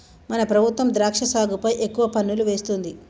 మన ప్రభుత్వం ద్రాక్ష సాగుపై ఎక్కువ పన్నులు వేస్తుంది